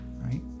right